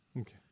Okay